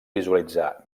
visualitzar